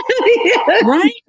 Right